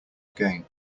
again